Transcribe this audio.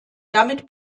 damit